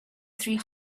three